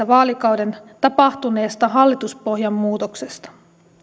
vaalikauden puolivälissä tapahtuneesta hallituspohjan muutoksesta